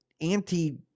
anti